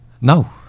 no